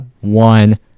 one